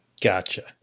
Gotcha